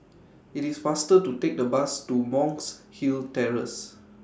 IT IS faster to Take The Bus to Monk's Hill Terrace